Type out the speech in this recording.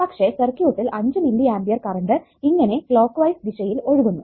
പക്ഷെ സർക്യൂട്ടിൽ 5 milliampere current ഇങ്ങനെ ക്ലോക്ക് വൈസ് ദിശയിൽ ഒഴുകുന്നു